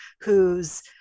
who's-